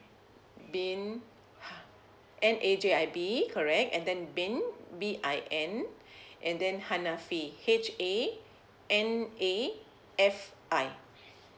bin ha~ N A J I B correct and then bin B I N and then hanafi H A N A F I